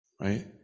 Right